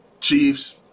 Chiefs